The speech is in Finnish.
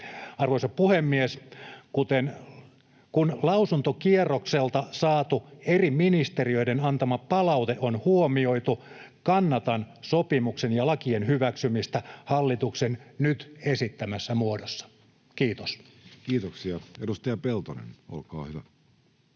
Arvoisa puhemies! Kun lausuntokierrokselta saatu eri ministeriöiden antama palaute on huomioitu, kannatan sopimuksen ja lakien hyväksymistä hallituksen nyt esittämässä muodossa. — Kiitos. Kiitoksia. — Edustaja Peltonen, olkaa hyvä.